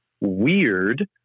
weird